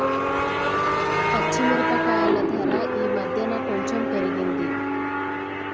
పచ్చి మిరపకాయల ధర ఈ మధ్యన కొంచెం పెరిగింది